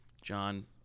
John